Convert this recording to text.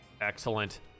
Excellent